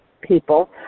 people